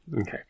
Okay